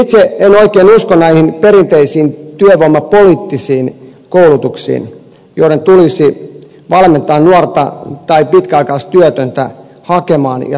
itse en oikein usko näihin perinteisiin työvoimapoliittisiin koulutuksiin joiden tulisi valmentaa nuorta tai pitkäaikaistyötöntä hakemaan ja saamaan työtä